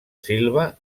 silva